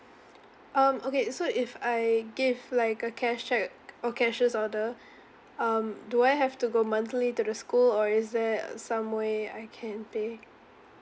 um okay so if I give like a cash cheque or cashier's order um do I have to go monthly to the school or is there uh some way I can pay